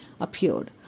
appeared